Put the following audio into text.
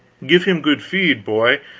give him good feed, boy,